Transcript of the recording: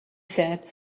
said